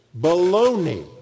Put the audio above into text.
Baloney